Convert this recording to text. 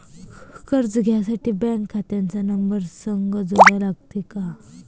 कर्ज घ्यासाठी बँक खात्याचा नंबर संग जोडा लागन का?